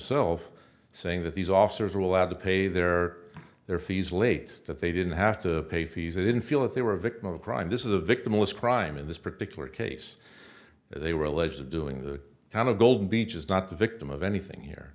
himself saying that these officers were allowed to pay their their fees late that they didn't have to pay fees they didn't feel that they were a victim of a crime this is a victimless crime in this particular case they were alleged of doing the kind of golden beach is not the victim of anything here